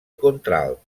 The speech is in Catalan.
contralt